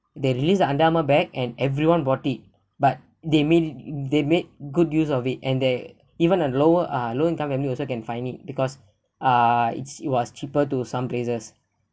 they released under amour bag and everyone bought it but they made it they made good use of it and they even a lower uh low income family also can find it because uh it's it was cheaper to some places